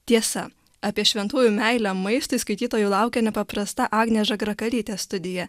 tiesa apie šventųjų meilę maistui skaitytojų laukia nepaprasta agnės žagrakarytės studija